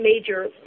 major